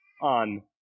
on